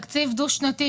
תקציב דו-שנתי,